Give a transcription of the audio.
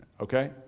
Okay